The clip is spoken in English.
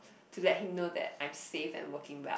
to that hinder that I am safe at working well